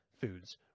foods